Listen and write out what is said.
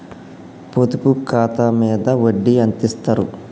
పొదుపు ఖాతా మీద వడ్డీ ఎంతిస్తరు?